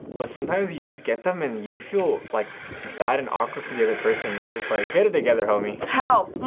but sometimes you just get them and you feel like bad and awkward for the other person and you're just like, get it together, homie. help.